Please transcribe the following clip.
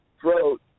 throat